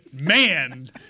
man